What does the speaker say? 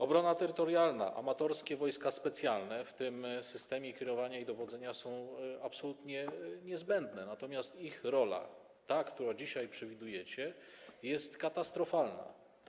Obrona terytorialna, amatorskie wojska specjalne w tym systemie kierowania i dowodzenia są absolutnie niezbędne, natomiast ich rola, którą dzisiaj przewidujecie, jest katastrofalna.